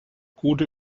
gute